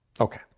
Okay